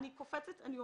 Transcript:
מה